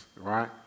right